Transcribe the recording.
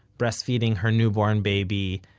breastfeeding her newborn baby.